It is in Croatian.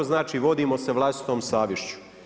Znači, vodimo se vlastitom savješću.